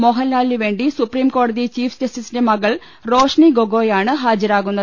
മോഹൻലാലിനു വേണ്ടി സുപ്രീംകോ ടതി ചീഫ് ജസ്റ്റിസിന്റെ മകൾ റോഷ്നി ഗൊഗോയ് ആണ് ഹാജ രാകുന്നത്